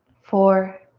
four,